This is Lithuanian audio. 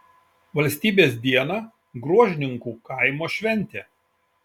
valstybės dieną gruožninkų kaimo šventė